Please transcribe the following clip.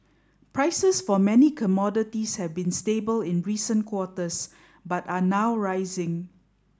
prices for many commodities have been stable in recent quarters but are now rising